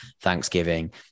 Thanksgiving